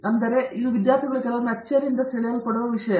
ಆದ್ದರಿಂದ ಇದು ವಿದ್ಯಾರ್ಥಿಗಳು ಕೆಲವೊಮ್ಮೆ ಅಚ್ಚರಿಯಿಂದ ಸೆಳೆಯಲ್ಪಡುವ ವಿಷಯ